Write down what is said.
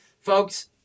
Folks